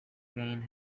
gained